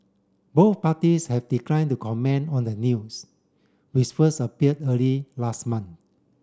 both parties have declined to comment on the news which first appear early last month